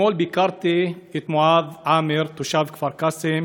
אתמול ביקרתי את מועאד עאמר, תושב כפר-קאסם